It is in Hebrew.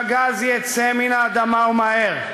שהגז יצא מן האדמה ומהר.